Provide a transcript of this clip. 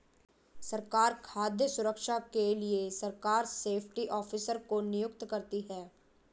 सरकार खाद्य सुरक्षा के लिए सरकार सेफ्टी ऑफिसर को नियुक्त करती है